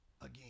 again